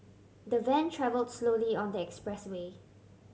the van travel slowly on the expressway